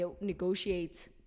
negotiate